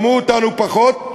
שמעו אותנו פחות,